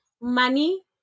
money